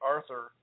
Arthur